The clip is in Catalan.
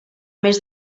més